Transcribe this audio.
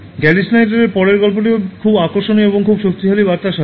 Gary স্নাইডারের পরেরটি গল্পও খুব আকর্ষণীয় এবং খুব শক্তিশালী বার্তার সাথে